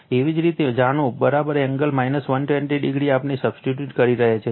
એવી જ રીતે જાણો એંગલ 120o અહીં આપણે સબસિટ્યુટ કરી રહ્યા છીએ